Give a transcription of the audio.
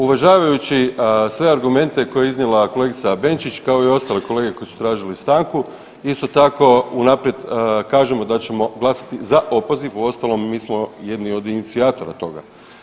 Uvažavajući sve argumente koje je iznijela kolegica Benčić kao i ostale kolege koji su tražili stanku isto tako unaprijed kažemo da ćemo glasati za opoziv uostalom mi smo jedni od inicijatora toga.